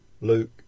Luke